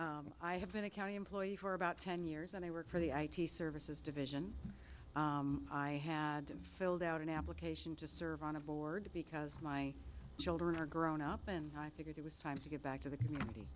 task i have been a county employee for about ten years and i work for the i t services division i had filled out an application to serve on a board because my children are grown up and i figured it was time to give back to the community